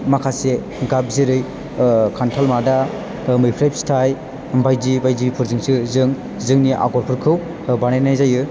माखासे गाब जेरै खानथाल मादा मैफ्राय फिथाइ बायदि बायदिफोरजोंसो जों जोंनि आगरफोरखौ बानायनाय जायो